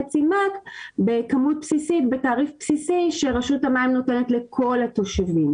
מ"ק בכמות בסיסית בתעריף בסיסי שרשות המים נותנת לכל התושבים.